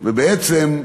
ובעצם,